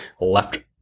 left